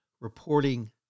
reporting